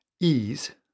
ease